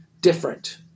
different